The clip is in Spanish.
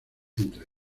entre